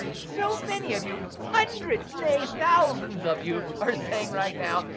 so many of you, hundreds, nay, thousands of you, are saying right now,